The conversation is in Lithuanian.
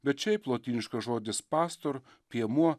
bet šiaip lotyniškas žodis pastor piemuo